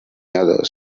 others